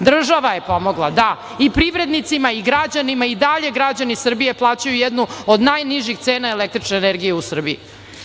Država je pomogla, da, i privrednicima i građanima. I dalje građani Srbije plaćaju jednu od najnižih cena električne energije u Srbiji